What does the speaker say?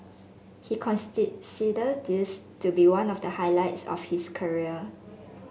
he this to be one of the highlights of his career